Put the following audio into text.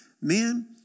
Men